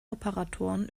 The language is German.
operatoren